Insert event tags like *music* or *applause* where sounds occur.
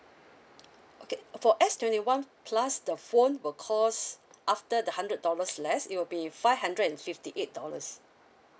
*noise* okay uh for S twenty one plus the phone will cost after the hundred dollars less it will be five hundred and fifty eight dollars